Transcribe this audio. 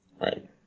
Right